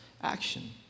action